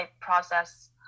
process